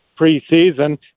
preseason